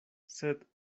sed